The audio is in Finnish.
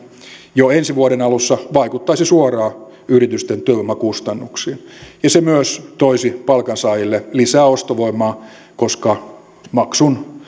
jo ensi vuoden alussa vaikuttaisi suoraan yritysten työvoimakustannuksiin ja se myös toisi palkansaajille lisää ostovoimaa koska maksun